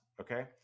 okay